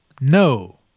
No